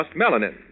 melanin